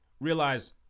realize